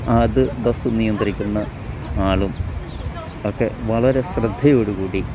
അത് ബെസ്സ് നിയന്ത്രിക്കുന്ന ആളും ഒക്കെ വളരെ ശ്രദ്ധയോടുകൂടി